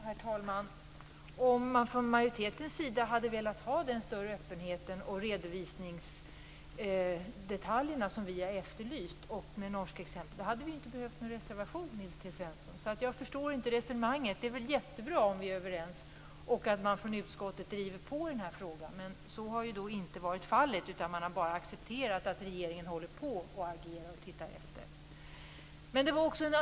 Herr talman! Om utskottsmajoriteten i likhet med det norska exemplet hade velat ha en större öppenhet i fråga om redovisningsdetaljerna, något som vi har efterlyst, hade vi inte behövt reservera oss, Nils T Svensson. Jag förstår inte resonemanget. Det är väl jättebra om vi är överens och om man från utskottet driver på frågan, men så har ju inte varit fallet, utan man har bara accepterat att regeringen håller på att undersöka saken.